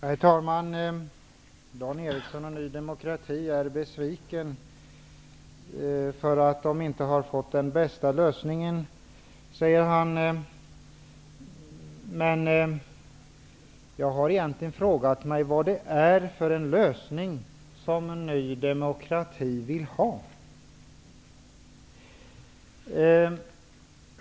Herr talman! Dan Eriksson och Ny demokrati är besvikna över att de inte har fått den bästa lösningen. Jag har frågat mig vilken lösning Ny demokrati egentligen vill ha.